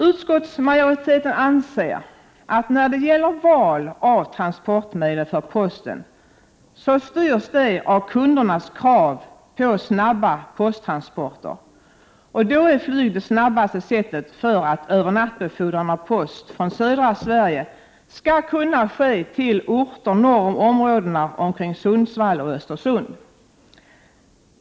Utskottsmajoriteten anser att valet av transportmedel för posten styrs av kundernas krav på snabba posttransporter, och då är flyg det snabbaste sättet för att övernattbefordran av post från södra Sverige skall kunna ske till orter norr om områdena omkring Sundsvall och Östersund.